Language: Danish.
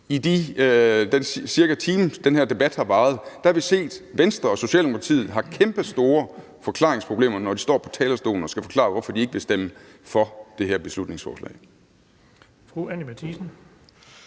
i den times tid, den her debat har varet, set, at Venstre og Socialdemokratiet har kæmpestore forklaringsproblemer, når de står på talerstolen og skal forklare, hvorfor de ikke vil stemme for det her beslutningsforslag.